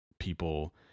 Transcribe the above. people